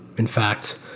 in fact,